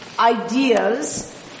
Ideas